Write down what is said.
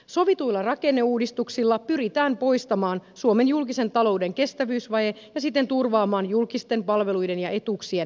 sovituilla rakenneuudistuksilla pyritään poistamaan suomen julkisen talouden kestävyysvaje ja siten turvaamaan julkisten palvelujen ja etuuksien rahoitus